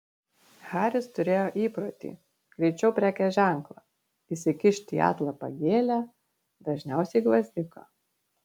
haris turėjo įprotį greičiau prekės ženklą įsikišti į atlapą gėlę dažniausiai gvazdiką